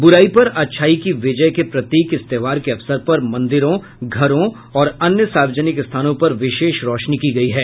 बुराई पर अच्छाई की विजय के प्रतीक इस त्योहार के अवसर पर मंदिरों घरों और अन्य सार्वजनिक स्थानों पर विशेष रौशनी की गयी है